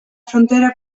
frontera